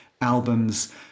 albums